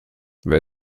wer